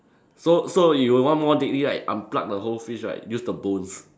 so so you want more deadly right unpluck the whole fish right use the bones